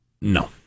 No